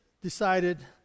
decided